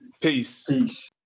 Peace